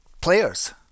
players